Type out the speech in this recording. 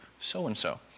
so-and-so